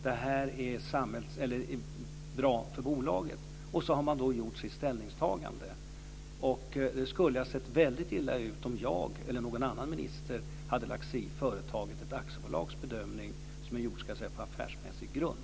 Det här är bra för bolaget. Och sedan har man gjort sitt ställningstagande. Det skulle ha sett väldigt illa ut om jag eller någon annan minister hade lagt oss i ett aktiebolags bedömning som har gjorts på affärsmässig grund.